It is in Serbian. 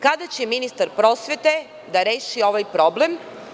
Kada će ministar prosvete da reši ovaj problem?